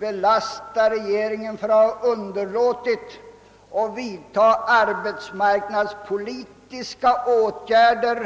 lasta regeringen med påståendet att den underlåtit att vidta arbetsmarknadspolitiska åtgärder.